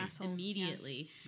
immediately